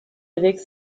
avec